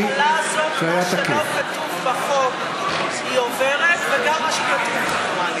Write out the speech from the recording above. הממשלה הזאת עוברת על מה שלא כתוב בחוק וגם על מה שכתוב בחוק.